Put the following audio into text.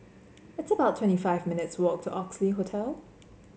it's about twenty five minutes' walk to Oxley Hotel